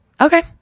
Okay